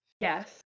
yes